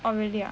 oh really ah